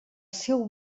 seu